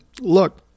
look